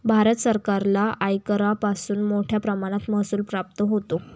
भारत सरकारला आयकरापासून मोठया प्रमाणात महसूल प्राप्त होतो